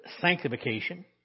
sanctification